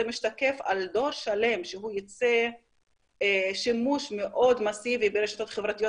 ישתקף על דור שלם שיעשה שימוש מאוד מסיבי ברשתות חברתיות